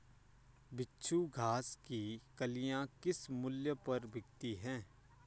बिच्छू घास की कलियां किस मूल्य पर बिकती हैं?